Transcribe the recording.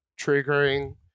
triggering